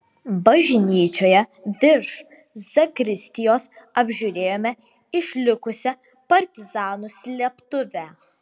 bažnyčioje virš zakristijos apžiūrėjome išlikusią partizanų slėptuvę